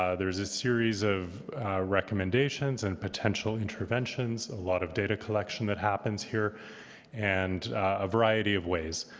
ah there's a series of recommendations and potential intervention, a lot of data collection that happens here and a variety of ways.